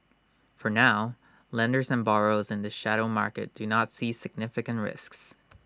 for now lenders and borrowers and the shadow market do not see significant risks